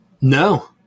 no